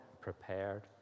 prepared